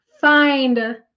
find